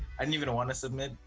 i didn't even wanna submit,